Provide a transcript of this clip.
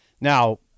Now